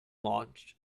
launched